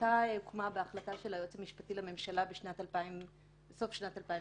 המחלקה הוקמה בהחלטה של היועץ המשפטי לממשלה בסוף שנת 2016,